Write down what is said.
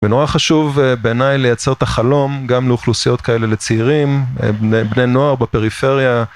ונורא חשוב בעיניי לייצר את החלום גם לאוכלוסיות כאלה לצעירים, בני נוער בפריפריה.